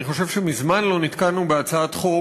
אני חושב שמזמן לא נתקלנו בהצעת חוק